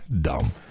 Dumb